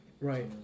Right